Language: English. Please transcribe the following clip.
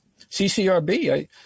CCRB